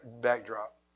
backdrop